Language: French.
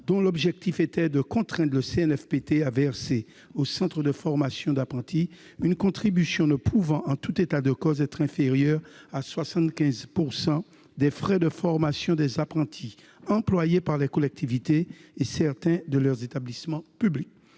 dont l'objectif était de contraindre le CNFPT à verser aux centres de formation d'apprentis une contribution ne pouvant, en tout état de cause, être inférieure à 75 % des frais de formation des apprentis employés par les collectivités et certains de leurs établissements publics.